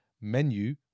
menu